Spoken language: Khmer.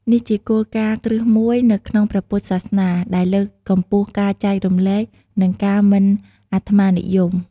សាមគ្គីភាពសហគមន៍ ជាការទទួលភ្ញៀវបែបនេះជួយពង្រឹងចំណងមិត្តភាព និងសាមគ្គីភាពក្នុងសហគមន៍ពុទ្ធសាសនិក។